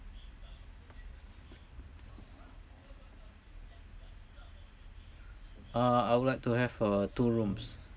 uh I would like to have uh two rooms